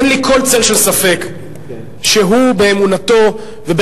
אין לי כל צל של ספק שהוא באמונתו וברצונותיו,